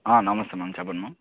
ఆ నమస్తే మ్యామ్ చెప్పండి మ్యామ్